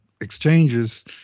exchanges